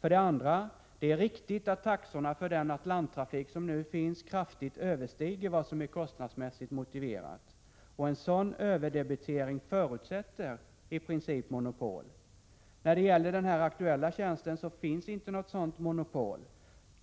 För det andra: Det är riktigt att taxorna för den Atlanttrafik som nu finns kraftigt överstiger vad som är kostnadsmässigt motiverat. Och en sådan överdebitering förutsätter i princip ett monopol. När det gäller den här aktuella tjänsten finns inget sådant monopol.